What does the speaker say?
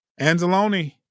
Anzalone